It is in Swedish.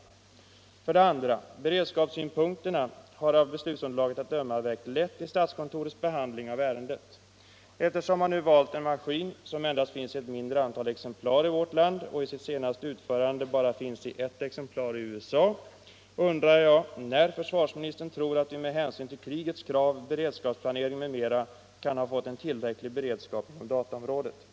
För det andra: Beredskapssynpunkterna har av beslutsunderlaget att 17 döma vägt lätt i statskontorets behandling av ärendet. Eftersom man nu har valt en maskin som endast finns i ett mindre antal exemplar i vårt land och i sitt senaste utförande bara finns i ett exemplar i USA, så undrar jag när försvarsministern tror att vi med hänsyn till krigets krav, beredskapsplanering m.m. kan ha fått en tillräcklig beredskap inom dataområdet.